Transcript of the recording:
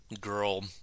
girl